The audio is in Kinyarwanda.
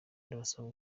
ndabasaba